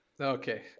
okay